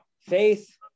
faith